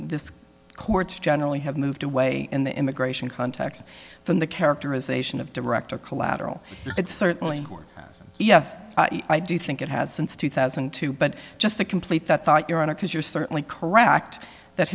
the courts generally have moved away in the immigration context from the characterization of director collateral it's certainly yes i do think it has since two thousand and two but just to complete that thought your honor because you're certainly correct that